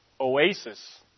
Oasis